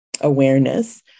awareness